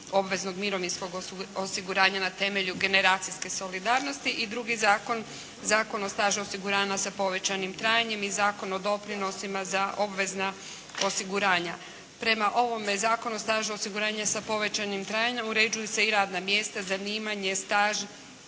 obveznog mirovinskog osiguranja na temelju generacijske solidarnosti i drugi zakon – Zakon o stažu osiguranja sa povećanim trajanjem i Zakon o doprinosima za obvezna osiguranja. Prema ovome Zakonu o stažu osiguranja sa povećanim trajanjem uređuju se i radna mjesta, zanimanje, staž,